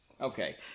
Okay